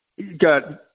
got